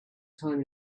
time